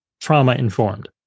trauma-informed